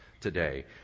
today